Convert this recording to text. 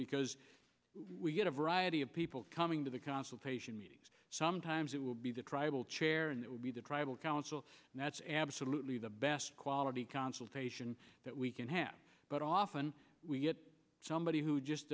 because we get a variety of people coming to the consultation meetings sometimes it will be the tribal chair and the tribal council and that's absolutely the best quality consultation that we can have but often we get somebody who just